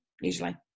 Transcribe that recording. usually